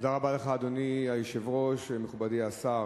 תודה רבה לך, אדוני היושב-ראש, מכובדי השר,